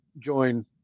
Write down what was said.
join